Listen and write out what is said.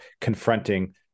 confronting